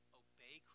obey